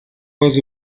was